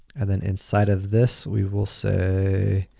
and then inside of this we will say,